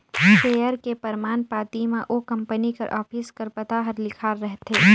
share के परमान पाती म ओ कंपनी कर ऑफिस कर पता हर लिखाल रहथे